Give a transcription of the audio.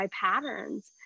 patterns